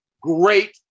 great